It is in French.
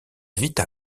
vite